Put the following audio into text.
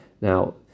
now